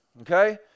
okay